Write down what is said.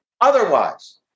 Otherwise